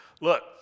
Look